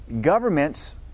Governments